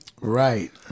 Right